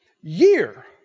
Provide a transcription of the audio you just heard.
year